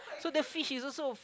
so the fish is also